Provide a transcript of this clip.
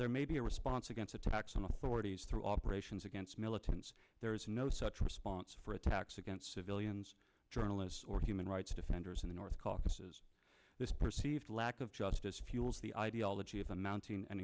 there may be a response against attacks on authorities through operations against militants there is no such response for attacks against civilians journalists or human rights defenders in the north caucasus this perceived lack of justice fuels the ideology of the mounting and